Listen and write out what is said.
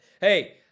Hey